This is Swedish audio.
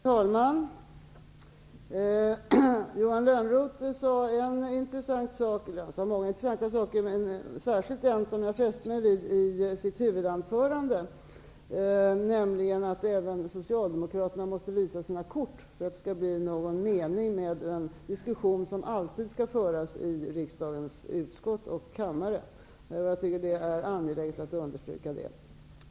Herr talman! Johan Lönnroth sade många intressanta saker. Särskilt fäste jag mig vid vad han sade i sitt huvudanförande, nämligen att även Socialdemokraterna måste visa sina kort för att det skall bli någon mening med den diskussion som alltid skall föras i riksdagens utskott och kammare. Jag tycker att det är angeläget att understryka detta.